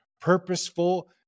purposeful